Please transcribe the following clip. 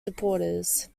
supporters